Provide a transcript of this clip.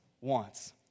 wants